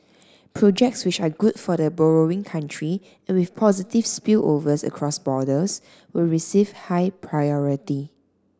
projects which are good for the borrowing country and with positive spillovers across borders will receive high priority